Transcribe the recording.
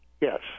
Yes